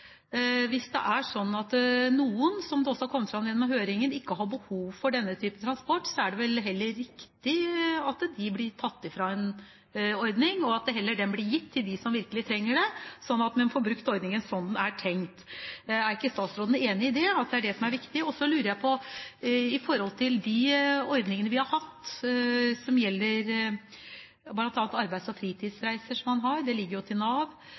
som det også har kommet fram gjennom høringen, ikke har behov for denne typen transport, er det vel heller riktig at de blir fratatt en ordning, og at dette heller blir gitt til de som virkelig trenger det, slik at en får brukt ordningen som den er tenkt. Er ikke statsråden enig i det, at det er det som er viktig? Så lurer jeg på, med hensyn til de ordningene vi har hatt som gjelder bl.a. arbeids- og fritidsreiser, det ligger jo til Nav, pasientreiser ligger nå til helseforetakene, det lå tidligere til Nav,